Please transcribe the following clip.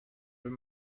tout